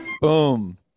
Boom